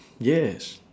yes